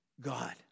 God